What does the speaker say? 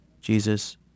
Jesus